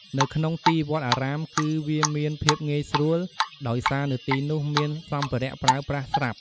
នៅក្នុងទីវត្តអារាមគឺវាមានភាពងាយស្រួលដោយសារនៅទីនុះមានសម្ភារៈប្រើប្រាស់ស្រាប់។